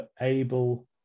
able